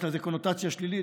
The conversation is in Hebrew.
יש לה קונוטציה שלילית,